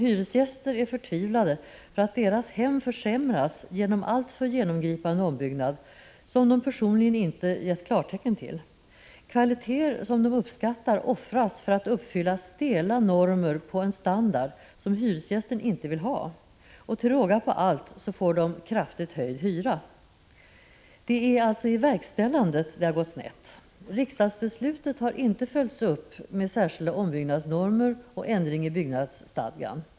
Hyresgäster är förtvivlade för att deras hem försämras genom alltför genomgripande ombyggnad, som de personligen inte gett klartecken till. Kvaliteter som de uppskattar offras för att uppfylla stela normer på en standard som hyresgästerna inte vill ha. Och till råga på allt får de kraftigt höjd hyra. Det är alltså i verkställandet det har gått snett. Riksdagsbeslutet har inte följts upp med särskilda ombyggnadsnormer och ändring i byggnadsstadgan.